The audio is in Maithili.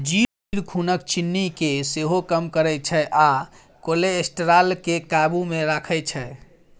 जीर खुनक चिन्नी केँ सेहो कम करय छै आ कोलेस्ट्रॉल केँ काबु मे राखै छै